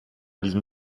diesem